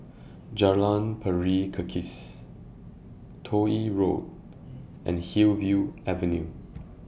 Jalan Pari Kikis Toh Yi Road and Hillview Avenue